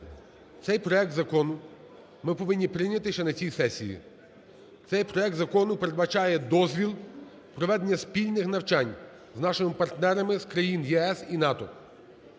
цей проект закону ми повинні прийняти ще на цій сесії. Цей проект закону передбачає дозвіл проведення спільних навчань з нашими партнерами з країн ЄС і НАТО.